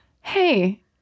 Hey